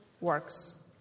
works